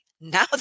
Now